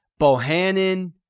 Bohannon